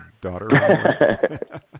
daughter